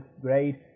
grade